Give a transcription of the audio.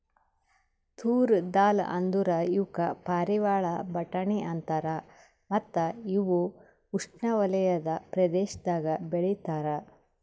ತೂರ್ ದಾಲ್ ಅಂದುರ್ ಇವುಕ್ ಪಾರಿವಾಳ ಬಟಾಣಿ ಅಂತಾರ ಮತ್ತ ಇವು ಉಷ್ಣೆವಲಯದ ಪ್ರದೇಶದಾಗ್ ಬೆ ಳಿತಾರ್